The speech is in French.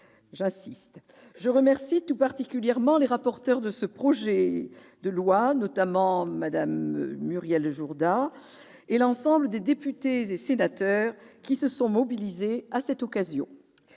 insiste. Je remercie tout particulièrement les rapporteurs de ce projet de loi, notamment Mme Muriel Jourda, ainsi que l'ensemble des députés et sénateurs qui se sont mobilisés à l'occasion